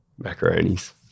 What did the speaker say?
Macaronis